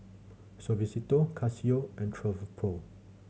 Suavecito Casio and Travelpro